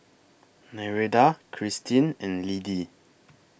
Nereida Kristin and Liddie